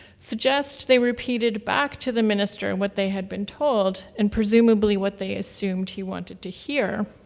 suggests they repeated back to the minister and what they had been told and presumably what they assumed he wanted to hear.